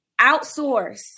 Outsource